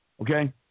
Okay